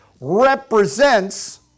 represents